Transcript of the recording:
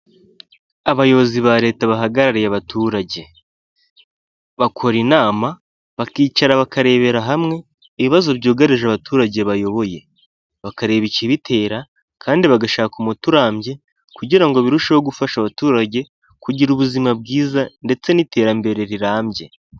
Abayobozi ba leta bahagarariye abaturage, bakora inama bakicara bakarebera hamwe ibibazo byugarije abaturage bayoboye, bakareba ikibitera kandi bagashaka umuti urambye kugira ngo birusheho gufasha abaturage kugira ubuzima bwiza ndetse n'iterambere rirambye.